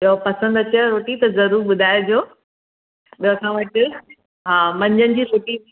ॿियो पसंदि अचेव रोटी त ज़रूरु ॿुधाइजो ॿियो असां वटि हा मंझंदि जी रोटी